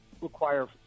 require